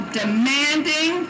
demanding